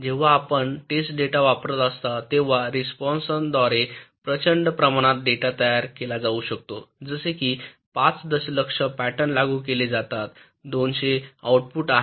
जेव्हा आपण test data वापरत असता तेव्हा रिस्पॉन्सांद्वारे प्रचंड प्रमाणात डेटा तयार केला जाऊ शकतो जसे की 5 दशलक्ष पॅटर्नलागू केले जातात 200 आउटपुट आहेत